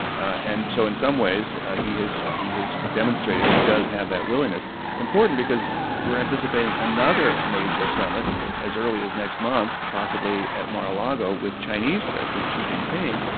and so in some ways, he has he has demonstrated he does have that willingness important because we're anticipating another major summit as early as next month, possibly at mar-a-lago, with chinese president xi jinping.